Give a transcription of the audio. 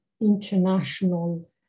international